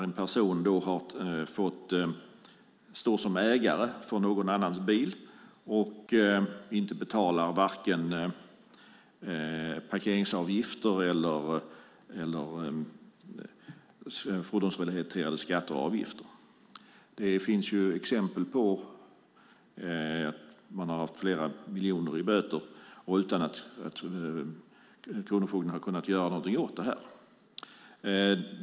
En person har fått stå som ägare för någon annans bil och kanske inte betalat vare sig parkeringsavgifter eller fordonsrelaterade skatter och avgifter. Det finns exempel där man har haft flera miljoner i obetalda böter utan att Kronofogdemyndigheten har kunnat göra någonting åt det.